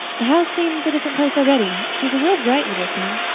the house seems a different place already. she's a real bright little thing.